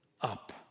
Up